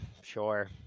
sure